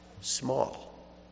small